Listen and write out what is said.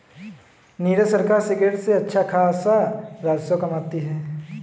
नीरज सरकार सिगरेट पर अच्छा खासा राजस्व कमाती है